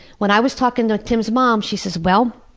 when i was talking to tim's mom she says, well,